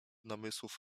namysłów